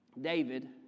David